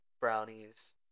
brownies